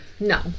No